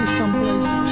someplace